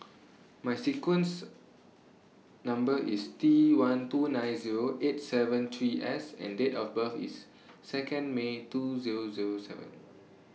My sequence Number IS T one two nine Zero eight seven three S and Date of birth IS Second May two Zero Zero seven